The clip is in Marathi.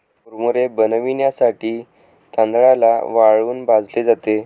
मुरमुरे बनविण्यासाठी तांदळाला वाळूत भाजले जाते